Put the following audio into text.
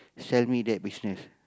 sell me that business